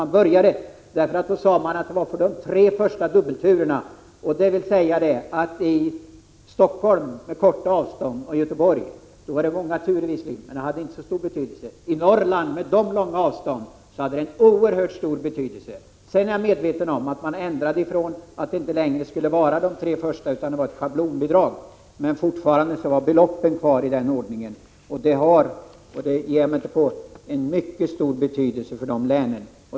Man sade då att bidraget avsåg de tre första dubbelturerna. Det innebar många turer i Stockholm och Göteborg som har korta avstånd. Men det hade inte så stor betydelse. I Norrland, med de långa avstånd man har, hade detta en oerhört stor betydelse. Jag är medveten om att man sedan ändrade bidraget till att inte gälla de tre första turerna. Det blev i stället ett schablonbidrag. Beloppen var emellertid fortfarande kvar enligt den tidigare ordningen. Det har — och det ifrågasätter jag inte — en mycket stor betydelse för de länen.